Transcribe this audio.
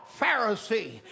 Pharisee